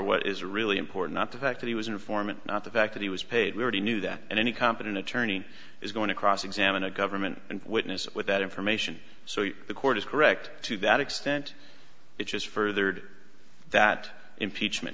what is really important not the fact that he was an informant not the fact that he was paid we already knew that and any competent attorney is going to cross examine a government witness with that information so if the court is correct to that extent it is furthered that impeachment